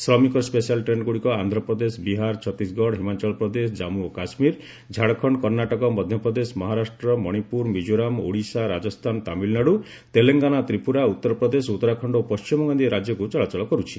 ଶ୍ରମିକ ସ୍ୱେଶାଲ୍ ଟ୍ରେନ୍ଗୁଡ଼ିକ ଆନ୍ଧ୍ରପ୍ରଦେଶ ବିହାର ଛତିଶଗଡ଼ ହିମାଚଳ ପ୍ରଦେଶ ଜାମ୍ମ ଓ କାଶୁୀର ଝାଡ଼ଖଣ୍ଡ କର୍ଷାଟକ ମଧ୍ୟପ୍ରଦେଶ ମହାରାଷ୍ଟ୍ର ମଣିପୁର ମିକୋରାମ ଓଡ଼ିଶା ରାଜସ୍ଥାନ ତାମିଲନାଡ଼ୁ ତେଲଙ୍ଗାନା ତ୍ରିପୁରା ଉତ୍ତରପ୍ରଦେଶ ଉତ୍ତରାଖଣ୍ଡ ଓ ପଣ୍ଟିମବଙ୍ଗ ଆଦି ରାଜ୍ୟକ୍ର ଚଳାଚଳ କର୍ରଛି